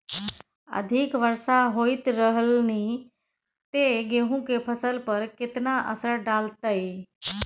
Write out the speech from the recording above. अधिक वर्षा होयत रहलनि ते गेहूँ के फसल पर केतना असर डालतै?